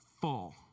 full